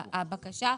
הבקשה,